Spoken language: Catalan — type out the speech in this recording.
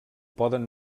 poden